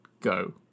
go